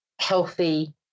healthy